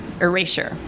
Erasure